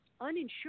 uninsured